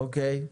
אוקיי.